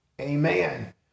Amen